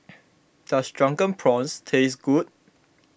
does Drunken Prawns taste good